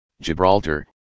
Gibraltar